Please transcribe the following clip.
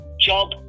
job